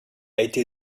été